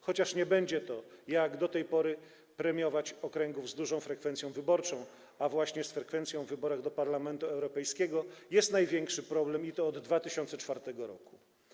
Chociaż nie będzie to, jak do tej pory, premiować okręgów z dużą frekwencją wyborczą, a właśnie z frekwencją w wyborach do Parlamentu Europejskiego jest największy problem, i to od 2004 r.